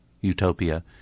utopia